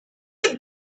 the